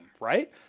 right